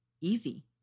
easy